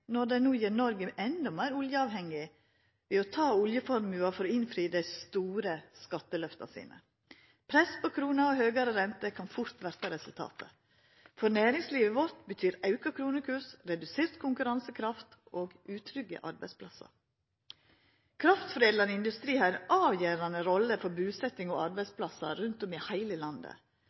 når dei no gjer Noreg endå meir oljeavhengig ved å ta av oljeformuen for å innfri dei store skatteløfta sine. Press på krona og høgare rente kan fort verta resultatet. For næringslivet vårt betyr auka kronekurs redusert konkurransekraft og utrygge arbeidsplassar. Kraftforedlande industri har ei avgjerande rolle for busetting og arbeidsplassar rundt om i heile landet.